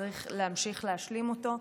וצריך להמשיך להשלים אותו,